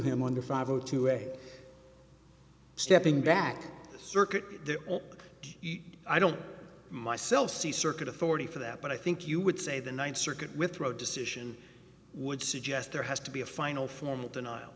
him under five o two a stepping back circuit the heat i don't myself see circuit authority for that but i think you would say the ninth circuit with roe decision would suggest there has to be a final formal denial